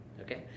okay